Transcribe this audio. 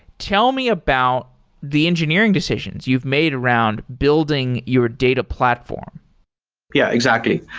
tell me about the engineering decisions you've made around building your data platform yeah, exactly.